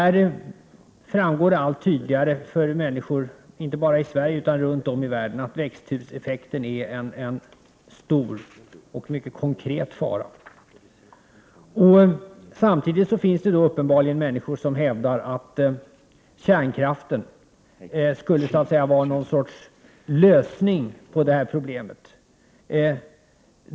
Det framstår allt tydligare för människor, inte bara i Sverige utan också runt om i världen, att växthuseffekten utgör en stor och mycket konkret fara. Men samtidigt finns det uppenbarligen människor som hävdar att kärnkraften är en sorts lösning på det här problemet.